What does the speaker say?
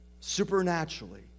Supernaturally